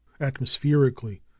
atmospherically